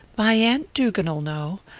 my aunt dugan'll know.